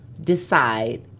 decide